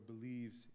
believes